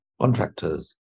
contractors